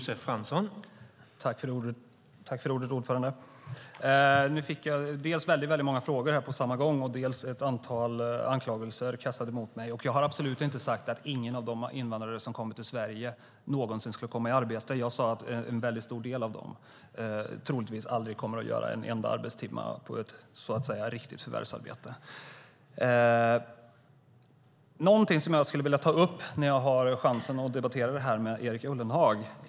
Herr talman! Nu fick jag dels väldigt många frågor på samma gång, dels ett antal anklagelser kastade mot mig. Jag har absolut inte sagt att ingen av de invandrare som kommer till Sverige någonsin skulle komma i arbete. Jag sade att en väldigt stor del av dem troligtvis aldrig kommer att göra en enda arbetstimma i ett riktigt förvärvsarbete. Jag har någonting som jag skulle vilja ta upp när jag har chansen att debattera detta med Erik Ullenhag.